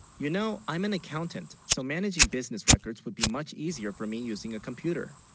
you know i'm an accountant so managing business records, would be much easier for me using a computer